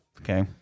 Okay